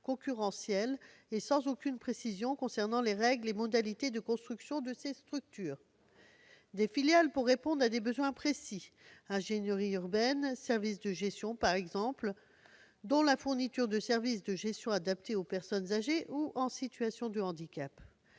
concurrentiel et sans aucune précision concernant les règles et modalités de construction de ces structures. Des filiales pour répondre à des besoins précis, par exemple ingénierie urbaine ou services de gestion, dont la fourniture de services de gestion adaptée aux personnes âgées ou en situation de handicap.